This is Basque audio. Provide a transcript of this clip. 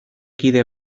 kide